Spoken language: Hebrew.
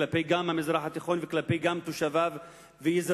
גם כלפי המזרח התיכון וגם כלפי תושביו ואזרחיו,